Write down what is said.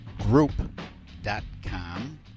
Group.com